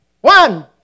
One